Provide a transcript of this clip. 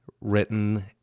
written